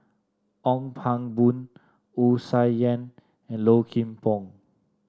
Ong Pang Boon Wu Tsai Yen and Low Kim Pong